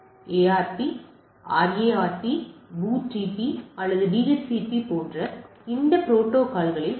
எனவே ARP RARP BOOTP அல்லது DHCP போன்ற இந்த புரோட்டோகால்களில் நாம் காண்கிறோம்